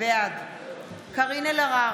בעד קארין אלהרר,